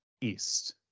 east